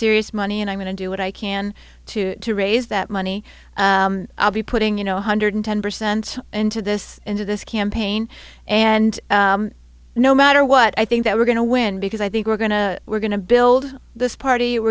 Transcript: serious money and i'm going to do what i can to to raise that money i'll be putting you know hundred ten percent into this into this campaign and no matter what i think that we're going to win because i think we're going to we're going to build this party